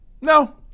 No